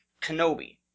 Kenobi